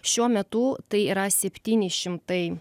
šiuo metu tai yra septyni šimtai